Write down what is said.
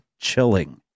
chilling